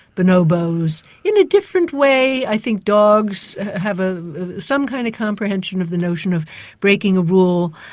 bonobos, in a different way i think dogs have ah some kind of comprehension of the notion of breaking a rule,